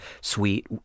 sweet